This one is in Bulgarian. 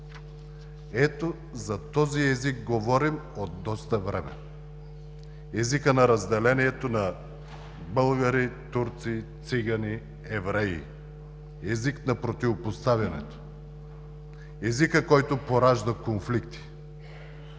Ето, за този език говорим от доста време – езикът на разделението на българи, турци, цигани, евреи, език на противопоставянето, езикът, който поражда конфликти.